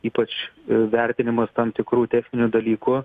ypač vertinimas tam tikrų techninių dalykų